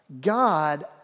God